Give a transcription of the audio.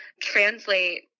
translate